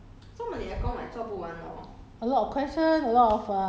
你你就不会停了一天这样百多两个了两百个 email then how you stop